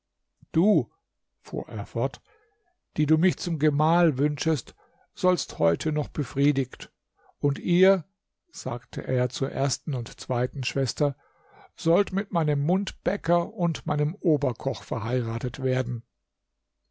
du fuhr er fort die du mich zum gemahl wünschest sollst heute noch befriedigt und ihr sagte er zur ersten und zweiten schwester sollt mit meinem mundbäcker und meinem oberkoch verheiratet werden